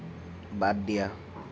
বাদ দিয়া